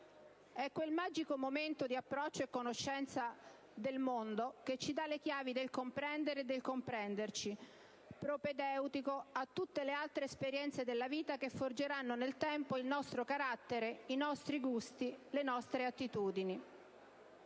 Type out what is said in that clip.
È quel magico momento di approccio e conoscenza del mondo che ci dà le chiavi del comprendere e del comprenderci, propedeutico a tutte le altre esperienze della vita che forgeranno, nel tempo, il nostro carattere, i nostri gusti, le nostre attitudini.